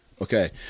Okay